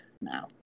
now